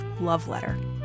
loveletter